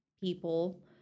people